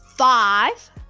Five